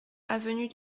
avenue